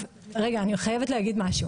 רגע, אני חייבת להגיד עוד משהו.